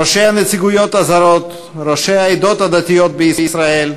ראשי הנציגויות הזרות, ראשי העדות הדתיות בישראל,